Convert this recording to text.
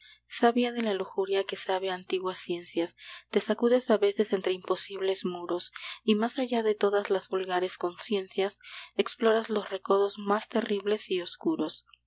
sabia de la lujuria que sabe antiguas ciencias te sacudes a veces entre imposibles muros y más allá de todas las vulgares conciencias exploras los recodos más terribles y oscuros